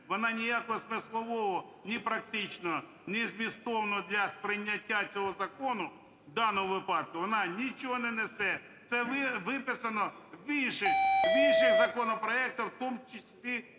вона ніякого смислового, ні практичного, ні змістовного для сприйняття цього закону в даному випадку, вона нічого не несе. Це виписано в інших законопроектах, в тому числі